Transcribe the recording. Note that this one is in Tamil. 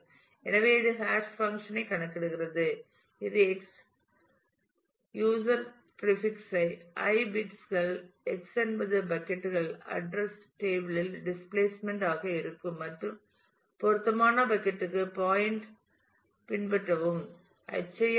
எனவே இது ஹாஷ் பங்க்ஷன் ஐ கணக்கிடுகிறது இது எக்ஸ் X பயனர் பிரீபிக்ஸ் ஐ i பிட்ஸ் எக்ஸ் X என்பது பக்கட் கள் அட்ரஸ் டேபிள் இல் டிஸ்பிளேஸ்மெண்ட் ஆக இருக்கும் மற்றும் பொருத்தமான பக்கட் க்கு பாயின்ட் பின்பற்றவும்